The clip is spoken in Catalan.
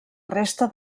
resta